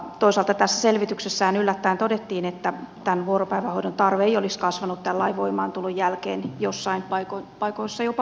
toisaalta tässä selvityksessähän yllättäen todettiin että vuoropäivähoidon tarve ei olisi kasvanut tämän lain voimaantulon jälkeen joissain paikoissa jopa vähentynyt